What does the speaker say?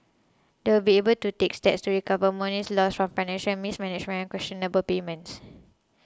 they will be able to take steps to recover monies lost from financial mismanagement and questionable payments